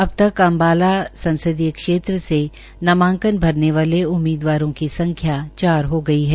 अब तक अम्बाला संसदीय क्षेत्र से नामांकन भरने वाले उम्मीदवारों की संख्या चार हो गई है